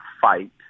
fight